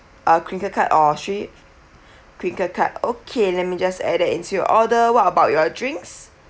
uh crinkle cut or straight crinkle cut okay let me just add it into your order what about your drinks